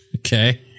Okay